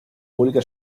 pública